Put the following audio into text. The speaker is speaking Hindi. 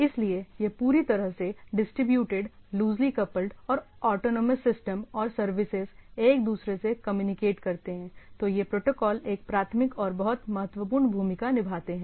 इसलिए यह पूरी तरह से डिस्ट्रीब्यूटटेड लूजली कपल्ड और ऑटोनॉमस सिस्टम और सर्विसेज जब एक दूसरे से कम्युनिकेट करते हैं तो ये प्रोटोकॉल एक प्राथमिक और बहुत महत्वपूर्ण भूमिका निभाते हैं